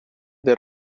del